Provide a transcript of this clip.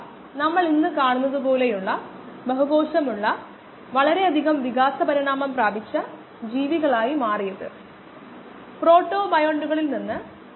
നേരത്തെ കണ്ടിട്ടില്ലാത്ത സാഹചര്യങ്ങളിൽ ഇത് വളരെയധികം ഉപയോഗപ്രദമാക്കുന്നു അതുവഴി ഈ സാഹചര്യത്തിൽ അണുനശീകരണ പ്രക്രിയകളുടെ രൂപകൽപ്പനയിലേക്ക് നയിക്കുന്നു